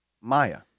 Maya